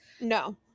no